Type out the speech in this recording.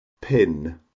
pin